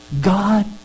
God